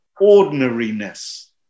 ordinariness